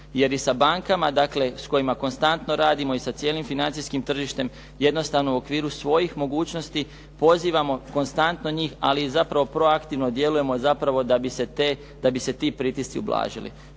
jer i sa bankama s kojima konstantno radimo i sa cijelim financijskim tržištem jednostavno u okviru svojih mogućnosti pozivamo konstantno njih ali i zapravo proaktivno djelujemo da bi se ti pritisci ublažili.